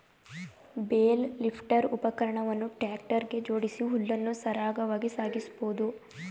bale lifter ಉಪಕರಣವನ್ನು tractor ಗೆ ಜೋಡಿಸಿ ಹುಲ್ಲನ್ನು ಸರಾಗವಾಗಿ ಸಾಗಿಸಬೋದು